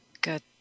Good